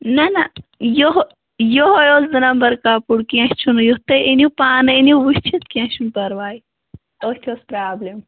نَہ نَہ یہو یِہٲے اوس زٕ نمبر کَپُر کیٚنٛہہ چھُنہٕ یتھ تُہۍ أنِو پانہٕ أنِو وُچھِتھ کیٚنٛہہ چھُنہٕ پرواے أتھۍ ٲس پرٛابلم